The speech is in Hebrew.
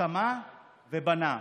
שמע ובנה.